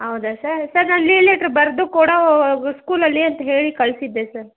ಹೌದಾ sir sir ನಾನು leave letter ಬರೆದು ಕೊಡೋ ಹೋಗ್ ಸ್ಕೂಲಲ್ಲಿ ಅಂತ ಹೇಳಿ ಕಳಿಸಿದ್ದೆ ಸರ್